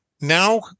now